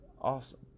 awesome